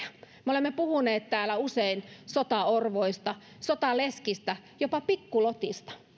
me olemme puhuneet täällä usein sotaorvoista sotaleskistä jopa pikkulotista